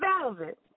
Velvet